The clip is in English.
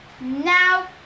Now